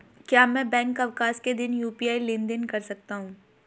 क्या मैं बैंक अवकाश के दिन यू.पी.आई लेनदेन कर सकता हूँ?